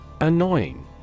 Annoying